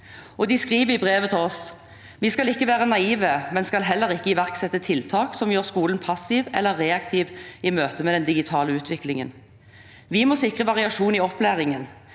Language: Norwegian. De skriver i brevet til oss: «Vi skal ikke være naive, men skal heller ikke iverksette tiltak som gjør skolen passiv eller reaktiv i møte med den digitale utviklingen. Vi må sikre variasjon i opplæringen.